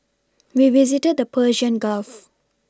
we visited the Persian Gulf